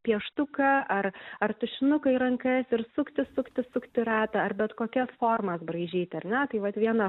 pieštuką ar ar tušinuką į rankas ir sukti sukti sukti ratą ar bet kokias formas braižyti ar ne tai vat viena